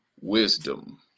wisdom